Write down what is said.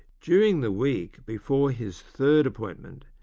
during the week before his third appointment,